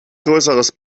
größeres